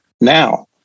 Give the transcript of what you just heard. now